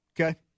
Okay